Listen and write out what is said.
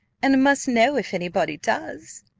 and must know if any body does.